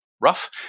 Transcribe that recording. rough